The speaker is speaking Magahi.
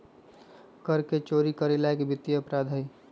कर के चोरी करे ला एक वित्तीय अपराध हई